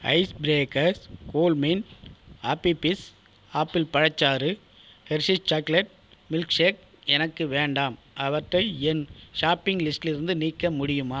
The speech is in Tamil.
ice Breakers Coolmint Appy Fizz apple பழச்சாறு ஹெர்ஷீஸ் சாக்லேட் மில்க் ஷேக் எனக்கு வேண்டாம் அவற்றை என் ஷாப்பிங் லிஸ்டிலிருந்து நீக்க முடியுமா